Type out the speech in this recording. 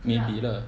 maybe lah